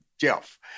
Jeff